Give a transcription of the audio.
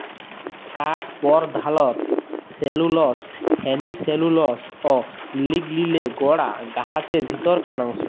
কাঠ পরধালত cellulose, hemicellulose অ লিগলিলে গড়া গাহাচের ভিতরকার অংশ